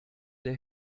der